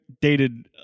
Dated